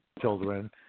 children